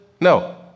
No